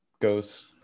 ghost